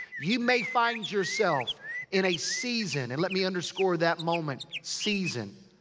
you may find yourself in a season. and let me underscore that moment. season.